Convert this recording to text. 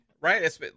Right